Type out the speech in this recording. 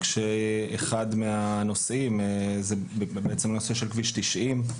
כשאחד מהנושאים זה בעצם הנושא של כביש 90,